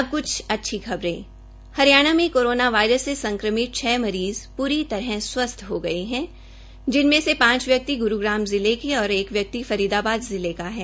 अब क्छ अच्छी खबर हरियाणा में कोरोना वायरस से संक्रमित छ मरीज़ पूरी तरह से स्वस्थ हो गये है जिनमें से पांच व्यक्ति ग्रूग्राम जिले के और एक व्यक्ति फरीदाबाद जिले का है